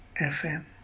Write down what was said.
fm